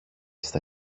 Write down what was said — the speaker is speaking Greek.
στα